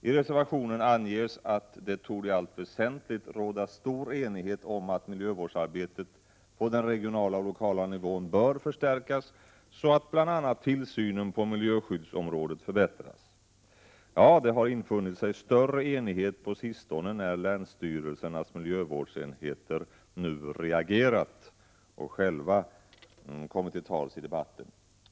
I reservationen anges att det i allt väsentligt torde råda stor enighet om att miljövårdsarbetet på den regionala och lokala nivån bör förstärkas, så att bl.a. tillsynen på miljöskyddsområdet förbättras. Ja, det har infunnit sig större enighet på sistone, när länsstyrelsernas miljövårdsenheter reagerat och själva kommit till tals i debatten.